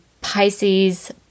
Pisces